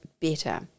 better